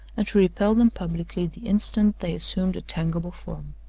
and to repel them publicly the instant they assumed a tangible form.